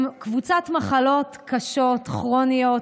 הן קבוצת מחלות קשות, כרוניות,